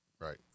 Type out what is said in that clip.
right